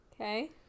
Okay